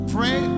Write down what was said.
Pray